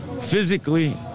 physically